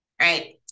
Right